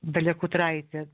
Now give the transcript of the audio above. dalia kutraitė